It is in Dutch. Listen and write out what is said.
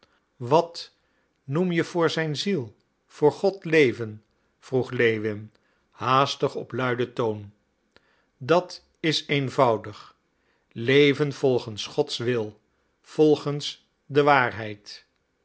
wat noem je voor zijn ziel voor god leven vroeg lewin haastig op luiden toon dat is eenvoudig leven volgens gods wil volgens de waarheid